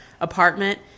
apartment